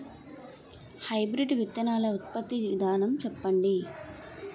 Hybrid విత్తనాలు ఉత్పత్తి విధానం చెప్పండి?